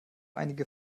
einige